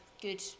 good